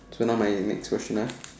so now my next question ah